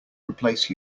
replace